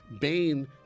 Bane